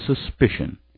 suspicion